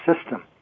system